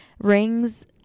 Rings